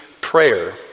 prayer